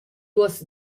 duos